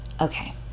okay